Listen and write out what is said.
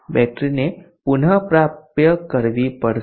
બેટરીને પુનપ્રાપ્ત કરવી પડશે